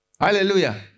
Hallelujah